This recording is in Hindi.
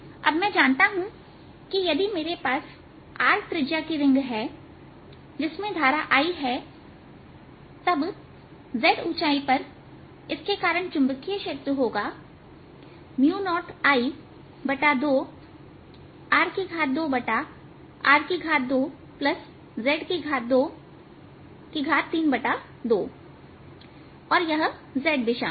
अब मैं जानता हूं यदि मेरे पास r त्रिज्या की रिंग है जिसमें धारा I हैतब z ऊंचाई पर इसके कारण चुंबकीय क्षेत्र होगा 0I 2r2r2z232और यह z दिशा में है